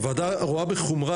הוועדה רואה בחומרה,